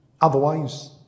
Otherwise